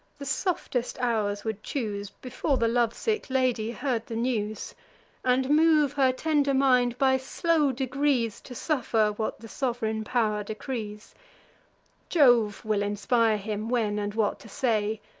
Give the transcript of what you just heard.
the softest hours would choose, before the love-sick lady heard the news and move her tender mind, by slow degrees, to suffer what the sov'reign pow'r decrees jove will inspire him, when, and what to say.